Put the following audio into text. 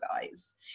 guys